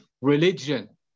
religion